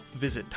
Visit